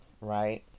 right